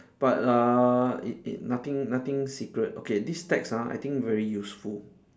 but uh it it nothing nothing secret okay this text ah I think very useful